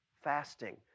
Fasting